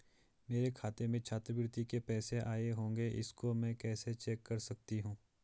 मेरे खाते में छात्रवृत्ति के पैसे आए होंगे इसको मैं कैसे चेक कर सकती हूँ?